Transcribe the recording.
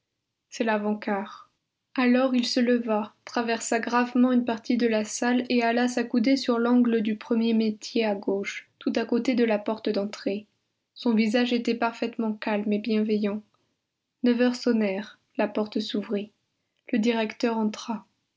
c'est lavant quart alors il se leva traversa gravement une partie de la salle et alla s'accouder sur l'angle du premier métier à gauche tout à côté de la porte d'entrée son visage était parfaitement calme et bienveillant neuf heures sonnèrent la porte s'ouvrit le directeur entra